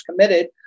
committed